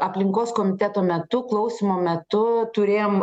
aplinkos komiteto metu klausymo metu turėjom